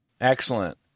excellent